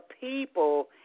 people